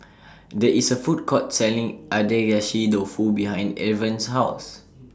There IS A Food Court Selling Agedashi Dofu behind Irven's House